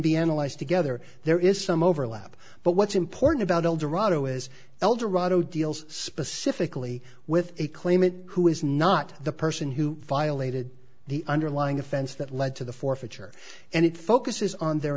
be analyzed together there is some overlap but what's important about eldorado is eldorado deals specifically with a claimant who is not the person who violated the underlying offense that led to the forfeiture and it focuses on their